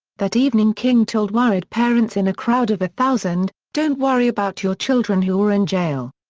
that evening king told worried parents in a crowd of a thousand, don't worry about your children who are in jail.